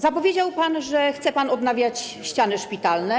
Zapowiedział pan, że chce pan odnawiać ściany szpitalne.